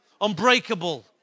unbreakable